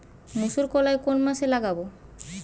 মুসুরকলাই কোন মাসে লাগাব?